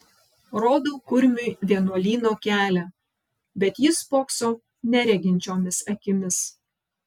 rodau kurmiui vienuolyno kelią bet jis spokso nereginčiomis akimis